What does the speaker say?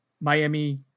Miami